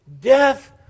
Death